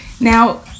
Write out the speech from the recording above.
Now